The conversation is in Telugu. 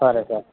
సరే సార్